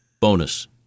Bonus